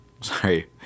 Sorry